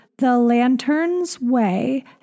thelanternsway